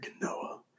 Noah